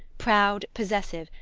proud, possessive,